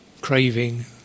craving